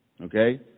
Okay